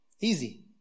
easy